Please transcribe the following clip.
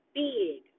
big